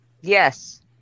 Yes